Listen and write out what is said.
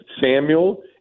Samuel